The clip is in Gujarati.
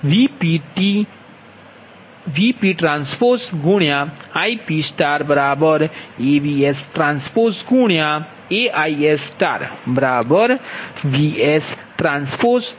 પણ SVpTIpAVsTAIsVsTATAIs આ ખરેખર સમીકરણ 28 છે